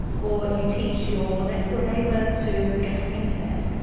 or you teach your next door neighbour to get on the internet.